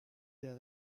der